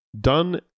done